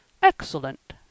Excellent